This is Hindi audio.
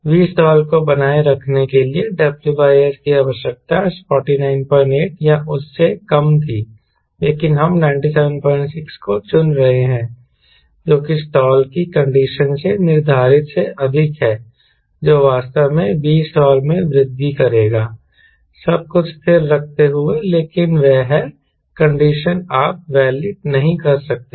Vstall को बनाए रखने के लिए W S की आवश्यकता 498 या उससे कम थी लेकिन हम 976 को चुन रहे हैं जो कि स्टॉल की कंडीशन से निर्धारित से अधिक है जो वास्तव में Vstall में वृद्धि करेगा सब कुछ स्थिर रखते हुए लेकिन वह है कंडीशन आप वैलिड नहीं कर सकते